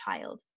child